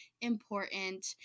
important